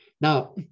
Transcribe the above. Now